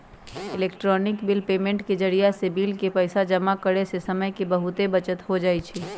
electronic bill payment के जरियासे bill के पइसा जमा करेयसे समय के बहूते बचत हो जाई छै